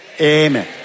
Amen